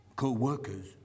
co-workers